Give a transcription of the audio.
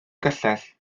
gyllell